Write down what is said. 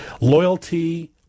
Loyalty